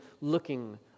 looking